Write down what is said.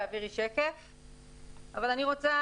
אני רוצה,